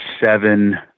seven